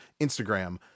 Instagram